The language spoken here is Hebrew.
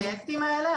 הפרויקטים האלה,